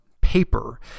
paper